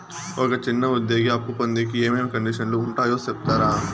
ఒక చిన్న ఉద్యోగి అప్పు పొందేకి ఏమేమి కండిషన్లు ఉంటాయో సెప్తారా?